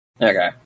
Okay